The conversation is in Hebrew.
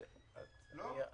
לא.